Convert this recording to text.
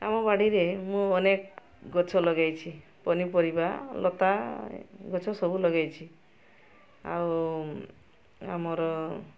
ଆମ ବାଡ଼ିରେ ମୁଁ ଅନେକ ଗଛ ଲଗେଇଛି ପନିପରିବା ଲତା ଗଛ ସବୁ ଲଗେଇଛି ଆଉ ଆମର